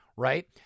Right